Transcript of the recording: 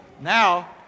now